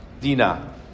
Dina